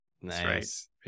Nice